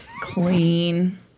clean